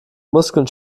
muskeln